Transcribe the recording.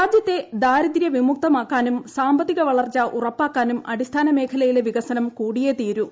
രാജ്യത്തെ ദാരിദ്ര്യ വിമുക്തമാക്കാനും സാമ്പത്തിക വളർച്ച ഉറപ്പാ ക്കാനും അടിസ്ഥാന മേഖലയിലെ വികസനം കൂടിയേ തീരൂ